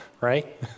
right